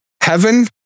heaven